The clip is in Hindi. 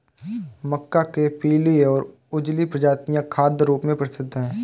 मक्का के पीली और उजली प्रजातियां खाद्य रूप में प्रसिद्ध हैं